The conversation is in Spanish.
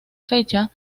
fecha